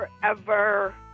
Forever